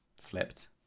flipped